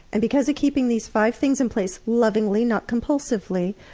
and because of keeping these five things in place lovingly not compulsively